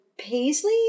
Paisley